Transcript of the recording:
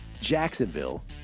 Jacksonville